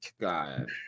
God